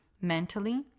Mentally